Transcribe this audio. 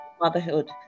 motherhood